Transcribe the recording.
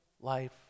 life